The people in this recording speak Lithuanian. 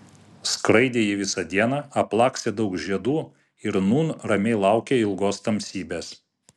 skraidė ji visą dieną aplakstė daug žiedų ir nūn ramiai laukė ilgos tamsybės